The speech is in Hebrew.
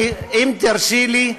אם תרשי לי,